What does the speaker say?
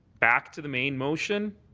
back to the main motion.